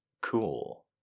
Cool